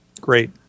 Great